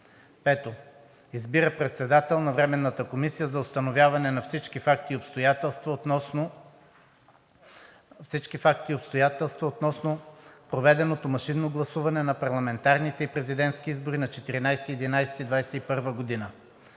5. Избира председател на Временната комисия за установяване на всички факти и обстоятелства относно проведеното машинно гласуване на парламентарните и президентски избори на 14 ноември 2021 г.